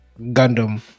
Gundam